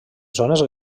zones